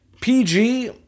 PG